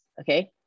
Okay